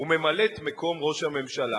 וממלאת-מקום ראש הממשלה.